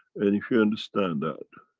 and if you understand that,